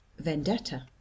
vendetta